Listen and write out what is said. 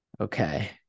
Okay